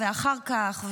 אחר כך,